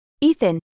Ethan